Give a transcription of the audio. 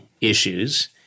issues